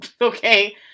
Okay